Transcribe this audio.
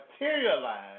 materialize